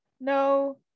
no